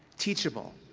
teachable,